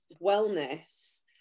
wellness